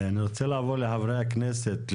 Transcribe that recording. אני רוצה לעבור לחברי הכנסת.